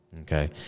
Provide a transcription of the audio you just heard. okay